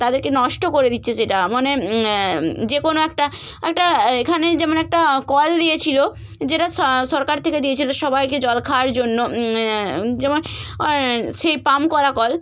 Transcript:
তাদেরকে নষ্ট করে দিচ্ছে সেটা মানে যে কোনো একটা একটা এখানেই যেমন একটা কল দিয়েছিল যেটা সরকার থেকে দিয়েছিল সবাইকে জল খাওয়ার জন্য যেমন সেই পাম্প করা কল